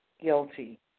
guilty